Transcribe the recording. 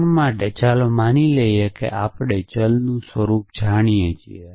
ક્ષણ માટે ચાલો માની લઈએ કે આપણે ચલનું સ્વરૂપ જાણીએ છીએ